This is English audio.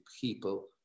people